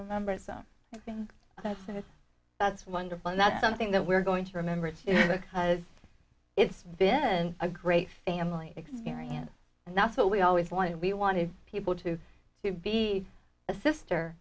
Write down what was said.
remember so i think that's wonderful and that's something that we're going to remember is because it's been a great family experience and that's what we always wanted we wanted people to to be a sister